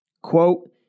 quote